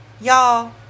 Y'all